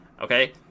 okay